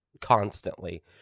constantly